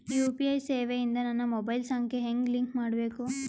UPI ಸೇವೆ ಇಂದ ನನ್ನ ಮೊಬೈಲ್ ಸಂಖ್ಯೆ ಹೆಂಗ್ ಲಿಂಕ್ ಮಾಡಬೇಕು?